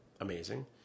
amazing